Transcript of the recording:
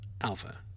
alpha